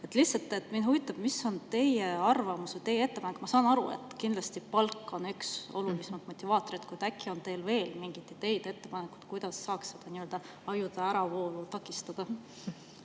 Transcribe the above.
lihtsalt huvitab, mis on teie arvamus või teie ettepanek. Ma saan aru, et kindlasti palk on üks olulisemaid motivaatoreid, kuid äkki on teil veel mingeid ideid, ettepanekuid, kuidas saaks ajude äravoolu takistada.